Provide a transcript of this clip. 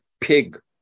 pig